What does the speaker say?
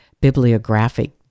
bibliographic